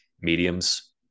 mediums